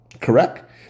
Correct